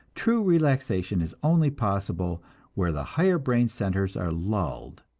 true relaxation is only possible where the higher brain centers are lulled,